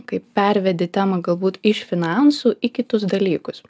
kai pervedi temą galbūt iš finansų į kitus dalykus